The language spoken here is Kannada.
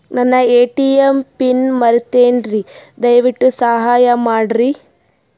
ನನ್ನ ಎ.ಟಿ.ಎಂ ಪಿನ್ ಮರೆತೇನ್ರೀ, ದಯವಿಟ್ಟು ಸಹಾಯ ಮಾಡ್ರಿ